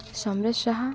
Samaresh Saha